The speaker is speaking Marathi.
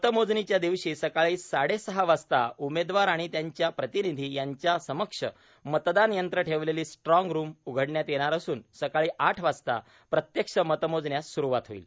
मतमोजणीच्या दिवशी सकाळी साडेसहा वाजता उमेदवार आणि त्यांच्या प्रतिनिधी यांच्या समक्ष मतदान यंत्र ठेवलेली स्ट्रांग रूम उघडण्यात येणार असून सकाळी आठ वाजता प्रत्यक्ष मतमोजण्यास स्रूवात होईल